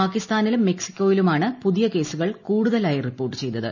പാകിസ്ഥാനിലും മെക്സികോയിലുമാണ് പുതിയ കേസുകൾ കൂടുതലായി റിപ്പോർട്ട് ചെയ്തത്